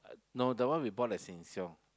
no that one we bought at Sheng-Siong